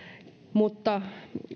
mutta